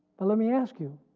but let me ask you,